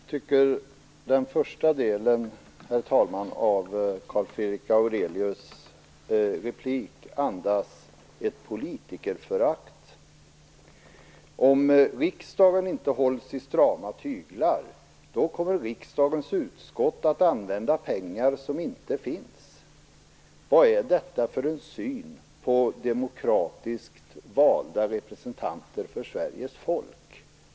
Herr talman! Jag tycker att den första delen av Nils Fredrik Aurelius replik andas ett politikerförakt. Om riksdagen inte hålls i strama tyglar kommer riksdagens utskott att använda pengar som inte finns. Vad är detta för en syn på demokratiskt valda representanter för Sveriges folk?